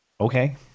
Okay